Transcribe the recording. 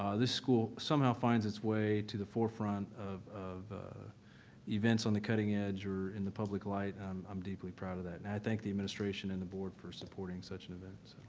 ah this school somehow finds its way to the forefront of of events on the cutting edge or in the public light and i'm deeply proud of that. and i thank the administration and the board for supporting such an event.